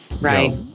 Right